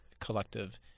collective